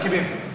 מסכימים.